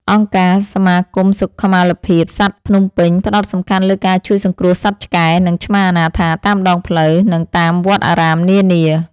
អង្គការ សមាគមសុខុមាលភាពសត្វភ្នំពេញ ផ្ដោតសំខាន់លើការជួយសង្គ្រោះសត្វឆ្កែ និងឆ្មាអនាថាតាមដងផ្លូវ និងតាមវត្តអារាមនានា។